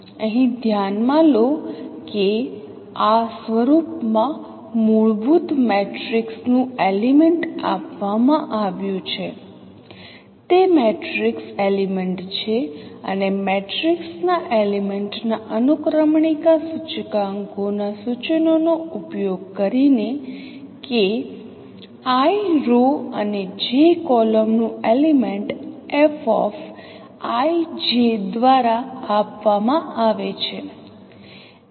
અહીં ધ્યાન માં લો કે આ સ્વરૂપમાં મૂળભૂત મેટ્રિક્સનું એલિમેન્ટ આપવામાં આવ્યું છે તે મેટ્રિક્સ એલિમેન્ટ છે અને મેટ્રિક્સના એલિમેન્ટ ના અનુક્રમણિકા સૂચકાંકોના સૂચનોનો ઉપયોગ કરીને કે i રો અને j કોલમ નું એલિમેન્ટ Fij દ્વારા આપવામાં આવે છે